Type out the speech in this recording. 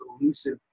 elusive